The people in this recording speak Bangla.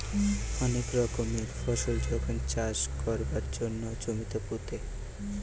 অনেক রকমের ফসল যখন চাষ কোরবার জন্যে জমিতে পুঁতে